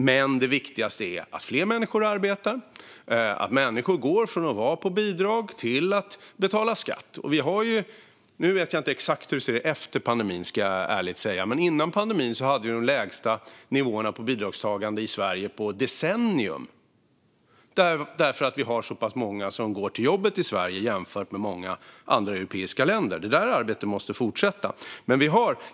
Men det viktigaste är att fler människor arbetar och att människor går från att gå på bidrag till att betala skatt. Nu vet jag inte exakt hur det kommer att se ut efter pandemin, ska jag ärligt säga, men före pandemin hade vi de lägsta nivåerna på bidragstagande i Sverige på decennier därför att vi har så pass många i Sverige som går till jobbet jämfört med många andra europeiska länder. Det arbetet måste fortsätta.